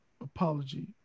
apology